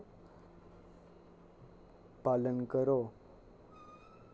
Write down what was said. पालन करो